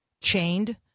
chained